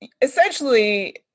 essentially